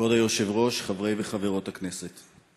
כבוד היושב-ראש, חברי וחברות הכנסת,